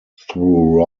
through